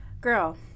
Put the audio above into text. Girl